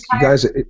guys